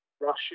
Russia